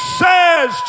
says